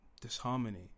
disharmony